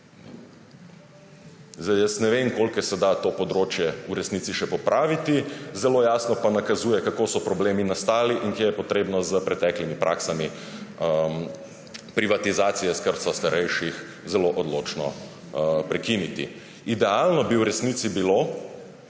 dom. Jaz ne vem, koliko se da to področje v resnici še popraviti, zelo jasno pa nakazuje, kako so problemi nastali in kje je treba s preteklimi praksami privatizacijo skrbstva starejših zelo odločno prekiniti. Idealno bi v resici bilo,